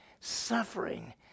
suffering